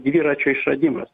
dviračio išradimas